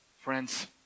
Friends